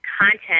content